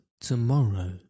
tomorrow